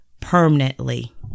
permanently